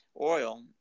oil